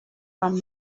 from